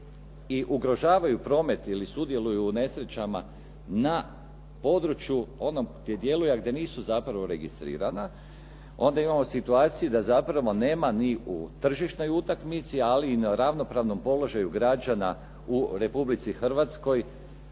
i ugrožavaju promet ili sudjeluju u nesrećama na području onom gdje djeluju a gdje nisu zapravo registrirana onda imamo situaciju da zapravo nema ni u tržišnoj utakmici ali i na ravnopravnom položaju građana u Republici Hrvatskoj